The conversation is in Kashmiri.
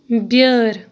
بیٲر